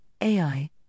AI